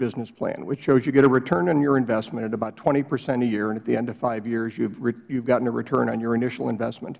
business plan which shows you get a return on your investment at about twenty percent a year and at the end of five years you have gotten a return on your initial investment